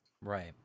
Right